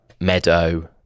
Meadow